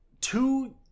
two